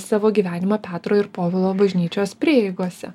savo gyvenimą petro ir povilo bažnyčios prieigose